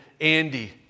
Andy